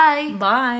Bye